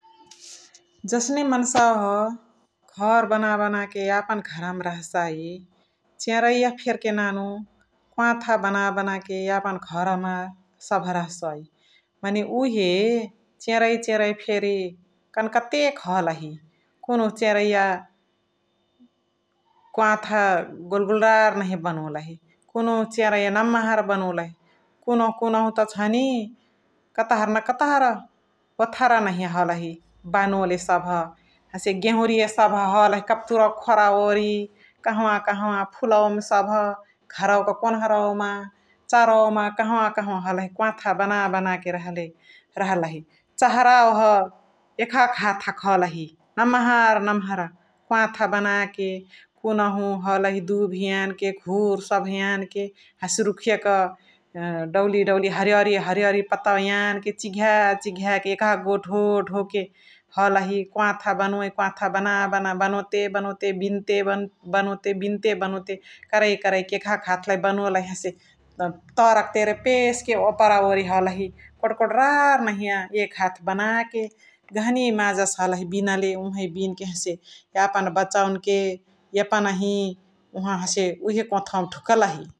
जसने मन्सवाह घर बना बन्न के यापन घरौ मा रहसै चेरैया फेर्के नानु कोवाथा बन्न बन्न के घर मा सभ रहसै । मने उहे चेरैया चेरैया फेरी कन्कतेक हलही । कुनुहु चेरैया कोवाथा गोल्गोला नहिय बनोलही कुनुहु चेरैया नम्हर बोनोलही कुनुहु कुनुहु कतहर न कतहर ओथरा नहिय हलही बनोले सभ । हसे गेउरिय सभ हलही कब्तुरवा क खोरौ ओरि कहाँवा कहाँवा फुलवा मा सभ घरौ कोन्हरौ मा चराउ मा कहाँवा कहाँवा हलही कोवाथ बना बना के रहले रहलही । चहरावाह एकहक हाथ क हलही नम्हर नम्हर कोवाथ बना के कुनुहु हलही दुभी यान के, घुर सभ यान के हसे रुखिया क (नोइसे) दौली दौली हरियारी हरियारी पतवा यान के चिघा चिघा के, एकहक ढोढो के हलही कोवाथ बनोइ । कोवाथ बना बना के बनोते बनोते बिन्ते बनोते बिन्ते बनोते करै करै एकहक हाथ लय बनोलही । हसे तर क तेरे पेस के ओपरा ओरि हलही कोड कोडरा र नहिय एकहक हाथ बना के गहनी मजा से हलही बिनले उहे बिन्के । हसे यापन बचवन के यपनही ओहवहि हसे उहे कोठावा मा ढुकलही ।